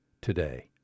today